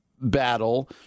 battle